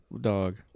dog